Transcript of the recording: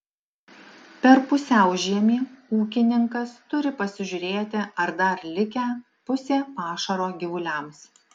per pusiaužiemį ūkininkas turi pasižiūrėti ar dar likę pusė pašaro gyvuliams